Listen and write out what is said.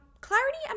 clarity